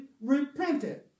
repented